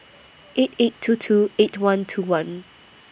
eight eight two two eight one two one